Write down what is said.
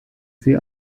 sie